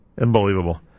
Unbelievable